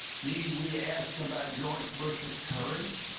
need we ask about george bush's courage?